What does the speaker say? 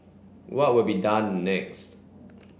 what will be done next